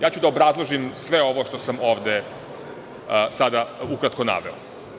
Ja ću da obrazložim sve ovo što sam ovde sada ukratko naveo.